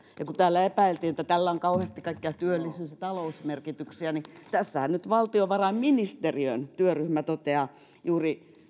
ja kun täällä epäiltiin että tällä on kauheasti kaikkia työllisyys ja talousmerkityksiä niin tässähän nyt valtiovarainministeriön työryhmä toteaa juuri